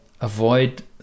avoid